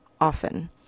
often